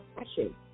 fashion